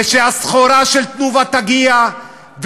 ושהסחורה של "תנובה" תגיע.